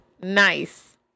Nice